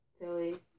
Philly